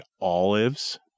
olives